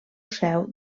seu